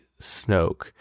Snoke